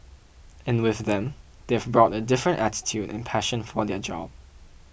and with them they have brought a different attitude and passion for their job